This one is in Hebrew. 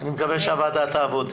אני מקווה שהוועדה תעבוד.